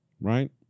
right